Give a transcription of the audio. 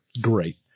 Great